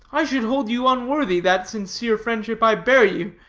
i should hold you unworthy that sincere friendship i bear you,